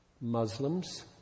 Muslims